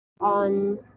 on